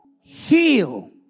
heal